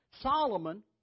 Solomon